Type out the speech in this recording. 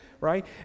right